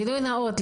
גילוי נאות,